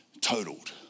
totaled